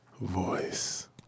voice